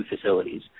facilities